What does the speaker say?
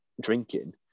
drinking